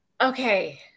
Okay